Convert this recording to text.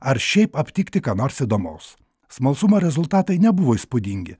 ar šiaip aptikti ką nors įdomaus smalsumo rezultatai nebuvo įspūdingi